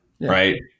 Right